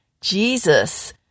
Jesus